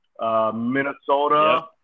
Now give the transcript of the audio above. Minnesota